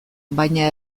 baina